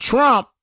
Trump